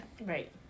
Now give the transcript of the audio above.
Right